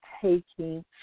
taking